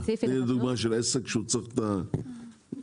תני לי דוגמה לעסק שצריך ואוצ'ר.